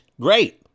great